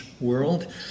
world